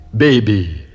Baby